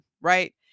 right